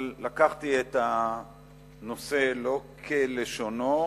אבל לקחתי את הנושא לא כלשונו,